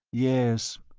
yes.